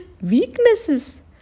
weaknesses